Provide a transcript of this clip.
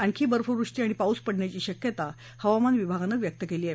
आणखी बर्फवृष्टी आणि पाऊस पडण्याची शक्यता हवामान विभागानं व्यक्त केली आहे